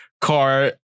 car